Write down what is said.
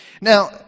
Now